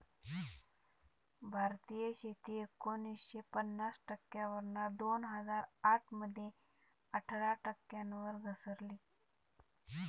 भारतीय शेती एकोणीसशे पन्नास टक्क्यांवरना दोन हजार आठ मध्ये अठरा टक्क्यांवर घसरली